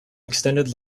extended